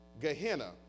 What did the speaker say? Gehenna